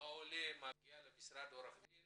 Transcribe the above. העולה לא מגיע למשרד עורך דין